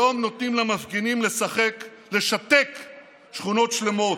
היום נותנים למפגינים לשתק שכונות שלמות.